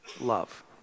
love